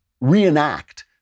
reenact